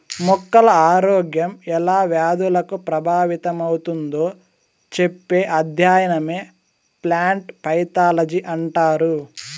మొక్కల ఆరోగ్యం ఎలా వ్యాధులకు ప్రభావితమవుతుందో చెప్పే అధ్యయనమే ప్లాంట్ పైతాలజీ అంటారు